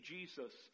Jesus